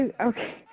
Okay